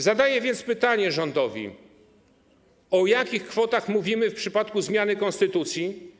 Zadaję więc pytanie rządowi: O jakich kwotach mówimy w przypadku zmiany konstytucji?